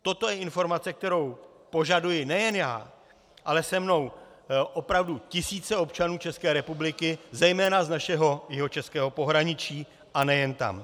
Toto je informace, kterou požaduji nejen já, ale se mnou opravdu tisíce občanů České republiky, zejména z našeho jihočeského pohraničí, a nejen tam.